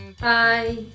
Bye